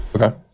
Okay